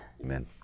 Amen